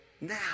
now